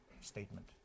statement